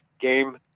game